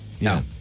No